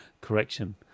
Correction